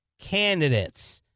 Candidates